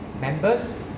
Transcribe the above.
members